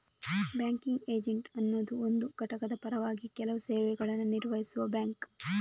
banking agent ಅನ್ನುದು ಒಂದು ಘಟಕದ ಪರವಾಗಿ ಕೆಲವು ಸೇವೆಗಳನ್ನ ನಿರ್ವಹಿಸುವ ಬ್ಯಾಂಕ್